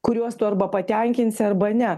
kuriuos tu arba patenkinsi arba ne